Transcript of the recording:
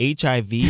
HIV